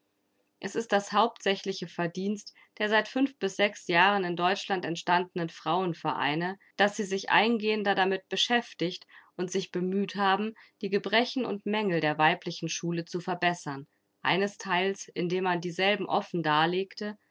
es ist das hauptsächliche verdienst der seit fünf bis sechs jahren in deutschland entstandenen frauenvereine daß sie sich eingehender damit beschäftigt und sich bemüht haben die gebrechen und mängel der weiblichen schule zu verbessern einestheils indem man dieselben offen darlegte